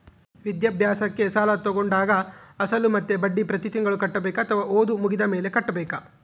ವಿದ್ಯಾಭ್ಯಾಸಕ್ಕೆ ಸಾಲ ತೋಗೊಂಡಾಗ ಅಸಲು ಮತ್ತೆ ಬಡ್ಡಿ ಪ್ರತಿ ತಿಂಗಳು ಕಟ್ಟಬೇಕಾ ಅಥವಾ ಓದು ಮುಗಿದ ಮೇಲೆ ಕಟ್ಟಬೇಕಾ?